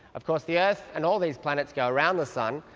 of course the earth and all these planets go around the sun.